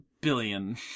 billion